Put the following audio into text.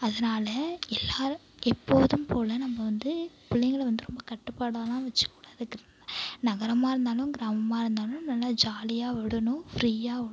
அதனால எல்லோரும் எப்போதும்போல் நம்ம வந்து பிள்ளைங்கள வந்து ரொம்ப கட்டுப்பாடாலாம் வச்சுக்க கூடாது நகரமாக இருந்தாலும் கிராமமாக இருந்தாலும் நல்லா ஜாலியாக விடணும் ஃப்ரீயாக விடணும்